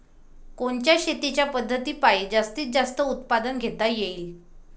कोनच्या शेतीच्या पद्धतीपायी जास्तीत जास्त उत्पादन घेता येईल?